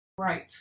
Right